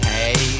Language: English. Hey